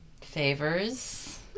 favors